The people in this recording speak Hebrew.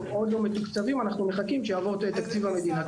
הם עוד לא מתוקצבים ואנחנו מחכים שיעבור תקציב המדינה,